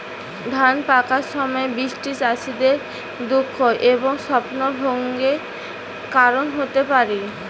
ধান পাকার সময় বৃষ্টি চাষীদের দুঃখ এবং স্বপ্নভঙ্গের কারণ হতে পারে